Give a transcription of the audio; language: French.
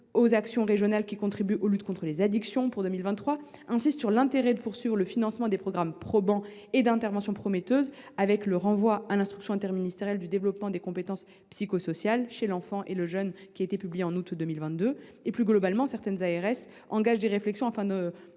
des actions régionales contribuant à la lutte contre les addictions pour 2023 insiste sur l’intérêt de poursuivre le financement des programmes probants et des interventions prometteuses, avec renvoi à l’instruction interministérielle de développement des compétences psychosociales chez les enfants et les jeunes, publiée en août 2022. Plus globalement, certaines ARS engagent des réflexions afin